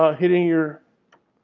ah hitting your,